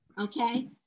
okay